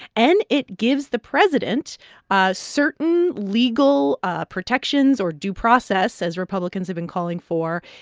and it gives the president certain legal ah protections or due process, as republicans have been calling for,